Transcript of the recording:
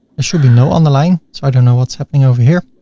should be no underline so i don't know what's happening over here.